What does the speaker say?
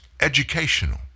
educational